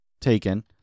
taken